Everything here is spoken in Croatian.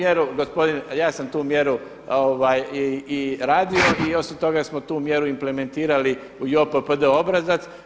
Ja sam tu mjeru i radio i osim toga smo tu mjeru implementirali u JOPPD obrazac.